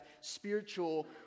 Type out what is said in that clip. spiritual